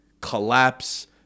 collapse